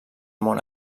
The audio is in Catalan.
món